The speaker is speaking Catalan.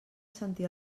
sentir